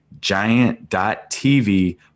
giant.tv